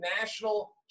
national